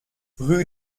rue